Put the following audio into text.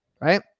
right